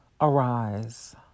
Arise